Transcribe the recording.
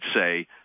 say